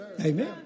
Amen